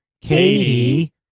Katie